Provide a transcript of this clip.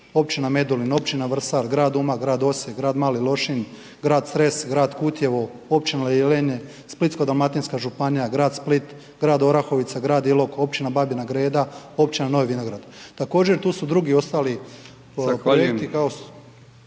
općina Medulin, općina Vrsar, grad Umag, grad Osijek, grad Mali Lošinj, grad Cres, grad Kutjevo, općina Jelenje, Splitsko-dalmatinska županija, grad Split, grad Orahovica, grad Ilok, općina Babina Greda, općina Novi Vinograd. Također tu su drugi, ostali …/Upadica: